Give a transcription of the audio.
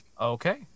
Okay